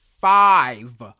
Five